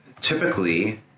typically